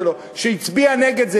שהצביע נגד זה,